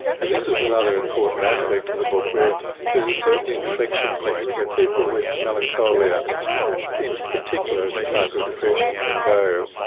and this is another important aspect of the book where there is a certain inflection point where people with melancholia in particular as a type of depression can go.